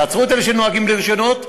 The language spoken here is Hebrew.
תעצרו את אלה שנוהגים בלי רישיונות,